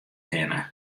hinne